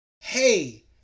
hey